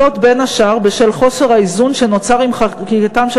בין השאר בשל חוסר האיזון שנוצר עם חקיקתם של